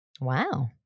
wow